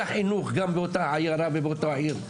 החינוך גם באותה עיירה ובאותה העיר,